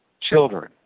children